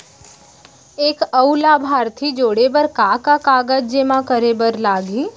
एक अऊ लाभार्थी जोड़े बर का का कागज जेमा करे बर लागही?